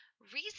reason